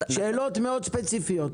שאלות מאוד ספציפיות,